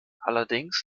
allerdings